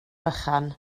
bychan